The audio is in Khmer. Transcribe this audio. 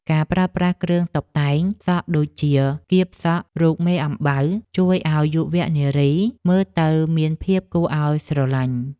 ការប្រើប្រាស់គ្រឿងតុបតែងសក់ដូចជាកៀបសក់រូបមេអំបៅ ជួយឱ្យយុវនារីមើលទៅមានភាពគួរឱ្យស្រលាញ់។